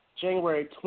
January